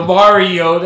Mario